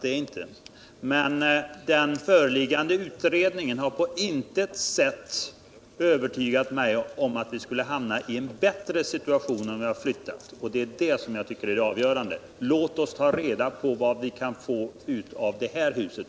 Men den föreliggande utredningen har på intet sätt övertygat mig om att vi skulle hamna i en bättre situation sedan vi Riksdagens loka Sikt [- frågor på längre frågor på längre Sikt flyttat. Det är det som jag tycker är det avgörande. Låt oss ta reda på vad vi kan få ut av det här huset!